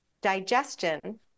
digestion